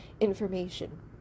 information